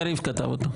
יריב כתב אותו.